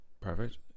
perfect